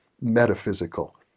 metaphysical